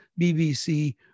BBC